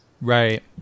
Right